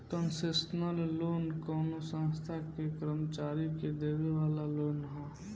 concessional loan कवनो संस्था के कर्मचारी के देवे वाला लोन ह